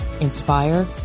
inspire